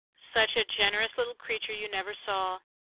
such a generous little creature you never saw!